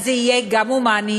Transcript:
אז זה יהיה גם הומני,